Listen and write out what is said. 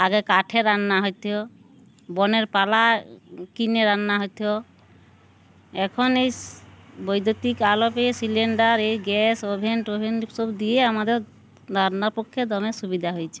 আগে কাঠে রান্না হত বনের পালা কিনে রান্না হইত এখন এই বৈদ্যুতিক আলোপে সিলিন্ডার এই গ্যাস ওভেন টোভেন সব দিয়ে আমাদের রান্নার পক্ষে দমে সুবিধা হয়েছে